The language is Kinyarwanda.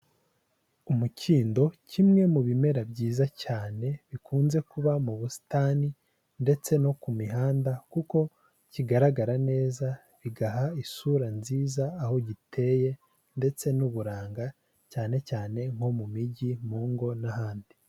Umukindo, kimwe mu bimera byiza cyane bikunze kuba mu busitani ndetse no ku mihanda kuko kigaragara neza bigaha isura nziza aho giteye ndetse n'uburanga, cyane cyane nko mu mijyi, mu ngo n'ahandi.